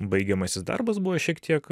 baigiamasis darbas buvo šiek tiek